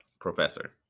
professor